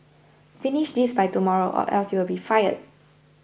finish this by tomorrow or else you'll be fired